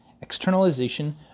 Externalization